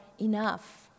enough